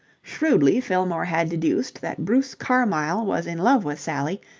shrewdly fillmore had deduced that bruce carmyle was in love with sally,